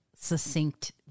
succinct